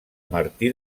martí